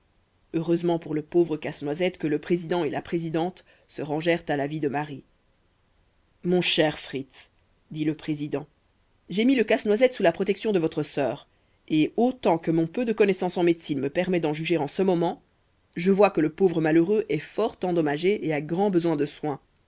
heureusement pour le pauvre casse-noisette que le président et la présidente se rangèrent à l'avis de marie mon cher fritz dit le président j'ai mis le casse-noisette sous la protection de votre sœur et autant que mon peu de connaissance en médecine me permet d'en juger en ce moment je vois que le pauvre malheureux est fort endommagé et a grand besoin de soins